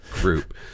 group